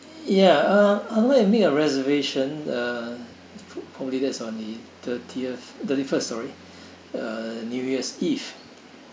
ya uh I want to make a reservation uh probably that's on the thirtieth thirty first sorry uh new year's eve